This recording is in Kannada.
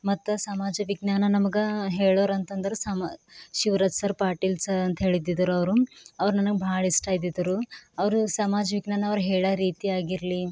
ಮತ್ತು ಸಮಾಜ ವಿಜ್ಞಾನ ನಮಗೆ ಹೇಳೋರಂತಂದರೆ ಸಮಾ ಶಿವ್ರಾಜ್ ಸರ್ ಪಾಟೀಲ್ ಸರ್ ಅಂಥೇಳಿದ್ದಿದ್ದರು ಅವರು ಅವ್ರು ನನಗೆ ಭಾಳ ಇಷ್ಟ ಇದ್ದಿದ್ದರು ಅವರು ಸಮಾಜ ವಿಜ್ಞಾನ ಅವ್ರು ಹೇಳೋ ರೀತಿಯಾಗಿರಲಿ